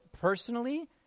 personally